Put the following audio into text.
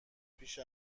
پیش